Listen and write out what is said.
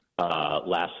last